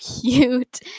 cute